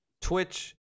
twitch